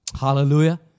Hallelujah